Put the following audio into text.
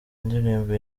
indirimbo